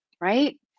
right